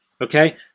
Okay